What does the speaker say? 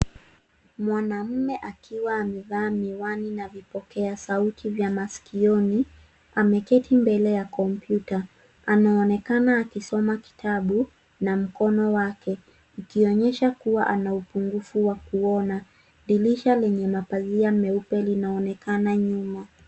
Mwanaume akiwa amevaa miwani na vipokea sauti vya maskioni ameketi mbele ya kompyuta. Anaonekana akisoma kitabu na mkono wake ikionyesha kuwa ana upungufu wa kuona. Dirisha lenye mapazia meupe linaonekana nyuma.